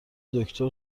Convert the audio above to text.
دکتر